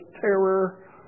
terror